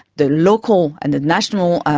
the local and the national